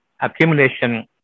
accumulation